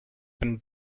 and